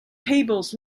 tables